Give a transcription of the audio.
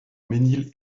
mesnil